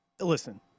Listen